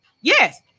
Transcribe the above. yes